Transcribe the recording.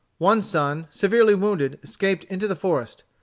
one son, severely wounded, escaped into the forest.